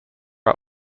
are